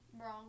Wrong